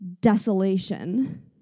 desolation